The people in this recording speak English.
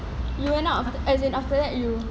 you went out as in after that you